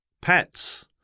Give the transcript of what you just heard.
pets